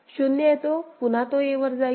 0 येतो पुन्हा तो a वर जाईल